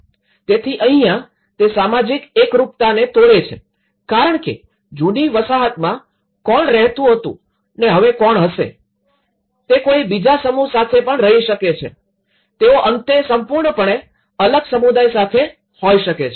તેથી અહીંયા તે સામાજિક એકરુપતાને તોડે છે કારણ કે જૂની વસાહતમાં કોણ રહેતું હતું ને હવે કોણ હશે તે કોઈ બીજા સમૂહ સાથે પણ રહી શકે છે તેઓ અંતે સંપૂર્ણપણે અલગ સમુદાય સાથે હોય શકે છે